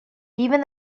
even